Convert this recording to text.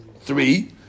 three